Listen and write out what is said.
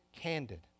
candid